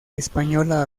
española